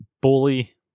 bully